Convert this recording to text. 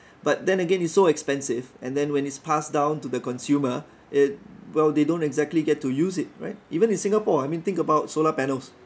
but then again it's so expensive and then when it's passed down to the consumer it well they don't exactly get to use it right even in singapore I mean think about solar panels